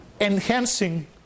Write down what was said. enhancing